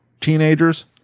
teenagers